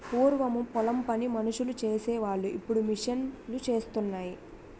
పూరము పొలం పని మనుసులు సేసి వోలు ఇప్పుడు మిషన్ లూసేత్తన్నాయి